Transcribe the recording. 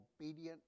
obedient